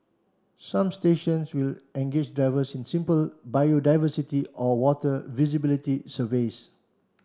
some stations will engage divers in simple biodiversity or water visibility surveys